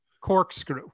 corkscrew